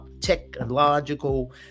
technological